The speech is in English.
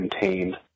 contained